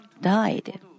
died